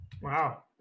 Wow